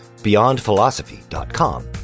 beyondphilosophy.com